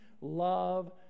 love